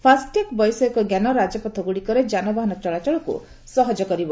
FASTag ବୈଷୟିକଞ୍ଜାନ ରାଜପଥ ଗୁଡ଼ିକରେ ଯାନବାହନ ଚଳାଚଳକୁ ସହଜ କରିବ